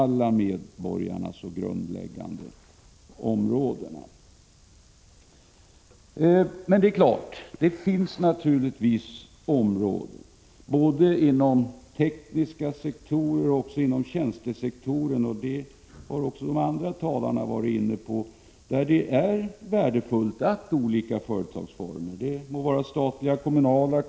Som tidigare talare varit inne på finns det naturligtvis områden — både inom den tekniska sektorn och inom tjänstesektorn — där det är värdefullt att olika företagsformer kan konkurrera på lika villkor.